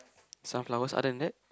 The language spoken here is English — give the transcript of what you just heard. sunflowers other than that